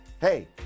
Hey